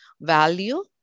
value